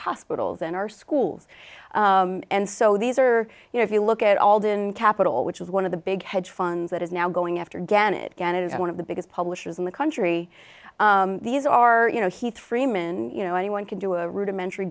hospitals and our schools and so these are you know if you look at all didn't capital which was one of the big hedge funds that is now going after again it again is one of the biggest publishers in the country these are you know heath freeman you know anyone can do a rudimentary